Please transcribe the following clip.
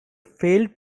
failed